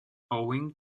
owing